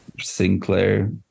Sinclair